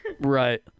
Right